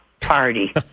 party